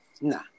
Nah